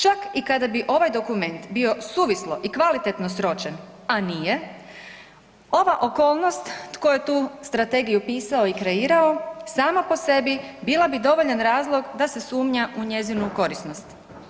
Čak i kada bi ovaj dokument bio suvislo i kvalitetno sročen, a nije, ova okolnost tko je tu strategiju pisao i kreirao sama po sebi bila bi dovoljan razloga da se sumnja u njezinu korisnost.